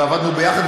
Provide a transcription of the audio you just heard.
ועבדנו ביחד,